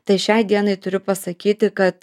tai šiai dienai turiu pasakyti kad